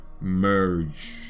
merge